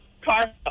car